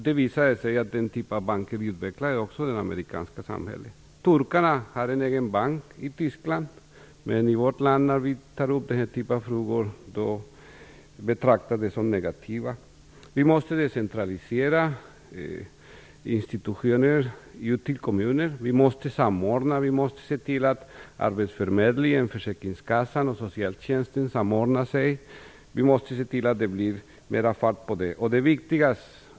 Det visade sig att den typen av bank också utvecklade det amerikanska samhället. Turkarna har en egen bank i Tyskland. Men när vi tar upp den här typen av frågor i Sverige betraktas vi som negativa. Vi måste decentralisera institutioner till kommunerna. Vi måste se till att arbetsförmedlingen, försäkringskassan och socialtjänsten samordnas. Vi måste se till att det blir mera fart på det här.